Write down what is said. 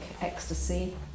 ecstasy